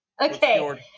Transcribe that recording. okay